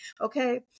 Okay